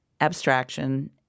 abstraction